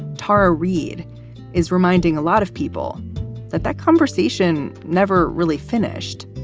tara reid is reminding a lot of people that that conversation never really finished.